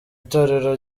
itorero